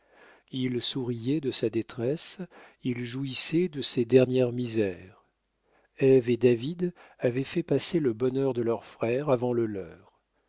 il souriait de sa détresse il jouissait de ses dernières misères ève et david avaient fait passer le bonheur de leur frère avant le leur